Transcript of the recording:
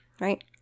right